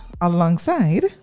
alongside